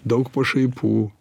daug pašaipų